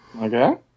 Okay